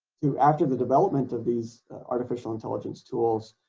do after the development of these artificial intelligence tools